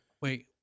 Wait